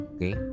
Okay